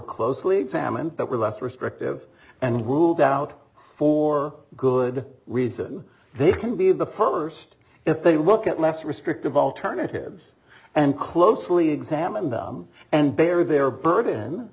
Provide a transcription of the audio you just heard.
closely examined but were less restrictive and ruled out for good reason they can be the first if they look at less restrictive alternatives and closely examine them and bury their burden